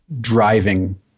driving